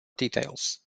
details